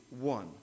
one